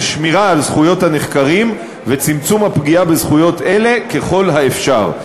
שמירה על זכויות הנחקרים וצמצום הפגיעה בזכויות אלה ככל האפשר.